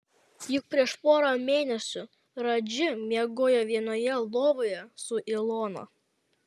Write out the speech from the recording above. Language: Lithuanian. juk prieš porą mėnesių radži miegojo vienoje lovoje su ilona